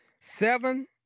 seven